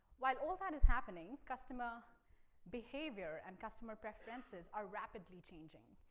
while all that is happening, customer behavior and customer preferences are rapidly changing.